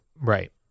Right